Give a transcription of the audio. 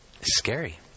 scary